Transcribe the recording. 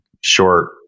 short